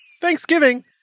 Thanksgiving